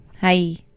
Hi